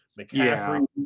McCaffrey